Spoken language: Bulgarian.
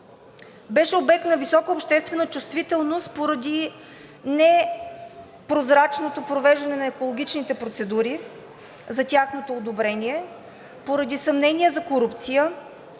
беше обект на висока обществена чувствителност поради непрозрачното провеждане на екологичните процедури за тяхното одобрение, поради съмнение за корупция,